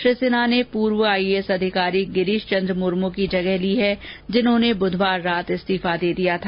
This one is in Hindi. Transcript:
श्री सिन्हा ने पूर्व आईएएस अधिकारी गिरीश चन्द्र मुर्मू की जगह ली है जिन्होंने बुधवार रात इस्तीफा दे दिया था